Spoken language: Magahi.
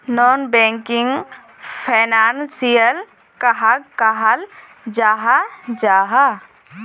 नॉन बैंकिंग फैनांशियल कहाक कहाल जाहा जाहा?